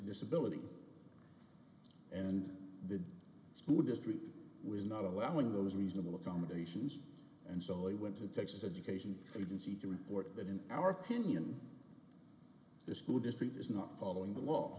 disability and the school district was not allowing those reasonable accommodations and so he went to texas education agency to report that in our opinion the school district is not following the law